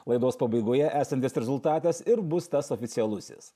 laidos pabaigoje esantis rezultatas ir bus tas oficialusis